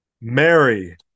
Mary